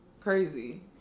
Crazy